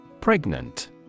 Pregnant